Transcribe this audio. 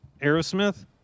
Aerosmith